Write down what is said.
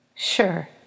Sure